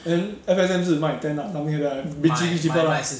and F_S_N 是卖 ten ah something like that ah digi~ digital ah